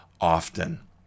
often